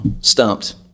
stumped